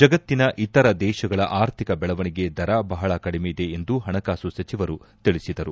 ಜಗತ್ತಿನ ಇತರ ದೇಶಗಳ ಆರ್ಥಿಕ ಬೆಳೆವಣಿಗೆ ದರ ಬಹಳ ಕಡಿಮೆಯಿದೆ ಎಂದು ಹಣಕಾಸು ಸಚಿವರು ತಿಳಿಸಿದರು